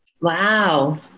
Wow